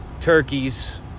Turkeys